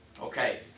Okay